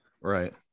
Right